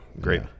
Great